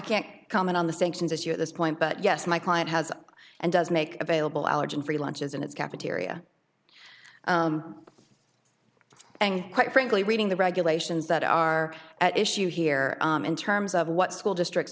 can't comment on the sanctions as your this point but yes my client has and does make available allergen free lunches and it's cafeteria and quite frankly reading the regulations that are at issue here in terms of what school district